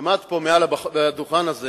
עמד פה על הדוכן הזה